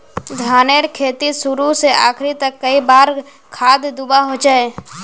धानेर खेतीत शुरू से आखरी तक कई बार खाद दुबा होचए?